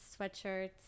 sweatshirts